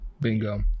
Bingo